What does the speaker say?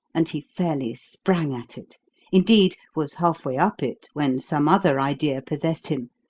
and he fairly sprang at it indeed, was halfway up it when some other idea possessed him,